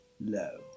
low